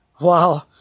wow